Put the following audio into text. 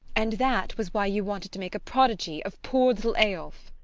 and that was why you wanted to make a prodigy of poor little eyolf.